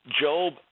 Job